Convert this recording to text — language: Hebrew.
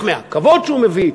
בטח מהכבוד שהוא מביא,